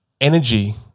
energy